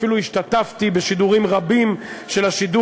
אפילו השתתפתי בשידורים רבים של השידור